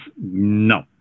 no